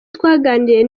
twaganiriye